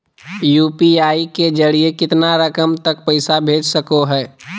UPI के जरिए कितना रकम तक पैसा भेज सको है?